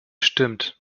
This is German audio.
stimmt